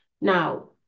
Now